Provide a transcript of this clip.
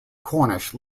cornish